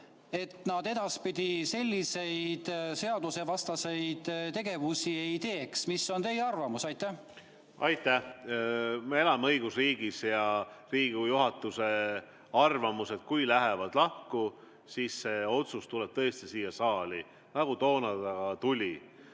et nad edaspidi selliseid seadusvastaseid tegevusi ei teeks. Mis on teie arvamus? Aitäh! Me elame õigusriigis. Kui Riigikogu juhatuse [liikmete] arvamused lähevad lahku, siis see otsus tuleb tõesti siia saali, nagu ta toona ka tuli.